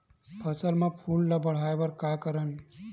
फसल म फूल ल बढ़ाय का करन?